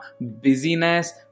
busyness